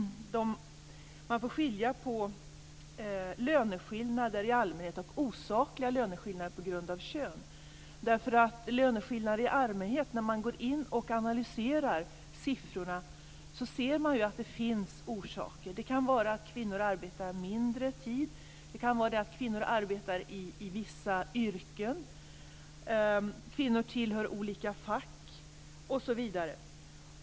Man får skilja på löneskillnader i allmänhet och osakliga löneskillnader på grund av kön. När man går in och analyserar siffrorna ser man att det finns orsaker till löneskillnader i allmänhet. Det kan vara att kvinnor arbetar mindre tid, att de arbetar i vissa yrken eller att de tillhör andra fack, osv.